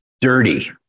dirty